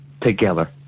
together